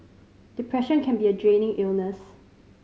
depression can be a draining illness